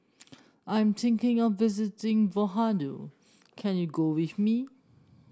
I'm thinking of visiting Vanuatu can you go with me